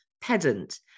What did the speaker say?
pedant